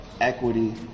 equity